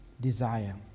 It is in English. desire